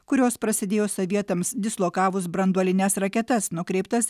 kurios prasidėjo sovietams dislokavus branduolines raketas nukreiptas